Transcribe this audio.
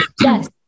yes